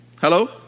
Hello